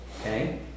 Okay